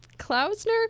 Klausner